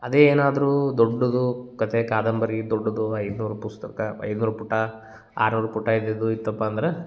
ಅದೇ ಏನಾದರೂ ದೊಡ್ಡದು ಕತೆ ಕಾದಂಬರಿ ದೊಡ್ಡದು ಐನೂರು ಪುಸ್ತಕ ಐನೂರು ಪುಟ ಆರ್ನೂರು ಪುಟ ಇದ್ದಿದ್ದು ಇತ್ತಪ್ಪ ಅಂದ್ರೆ